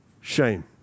shame